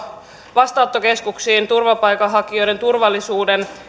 vastaanottokeskuksiin turvapaikanhakijoiden turvallisuuden